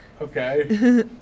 Okay